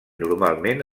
normalment